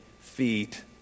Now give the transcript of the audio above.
feet